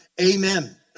Amen